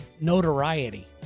Notoriety